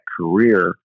career